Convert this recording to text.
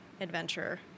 adventure